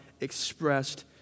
expressed